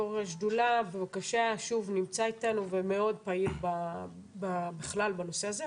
יו"ר השדולה נמצא איתנו ומאוד פעיל בכלל בנושא הזה,